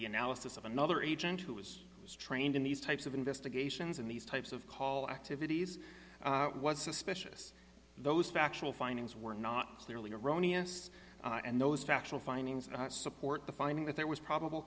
the analysis of another agent who was trained in these types of investigations in these types of call activities was suspicious those factual findings were not clearly erroneous and those factual findings support the finding that there was probable